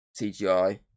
CGI